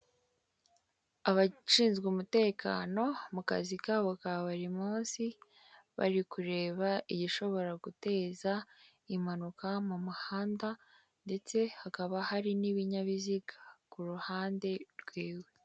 Abashinzwe umutekano mu kazi kabo ka bari munsi, bari kureba igishobora guteza impanuka mu muhanda ndetse hakaba hari n'ibinyabiziga ku ruhande rwiwe.